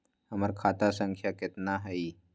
हमर खाता संख्या केतना हई?